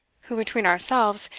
who, between ourselves,